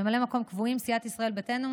ממלאי מקום קבועים: סיעת ישראל ביתנו,